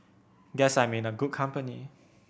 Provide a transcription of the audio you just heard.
guess I'm in a good company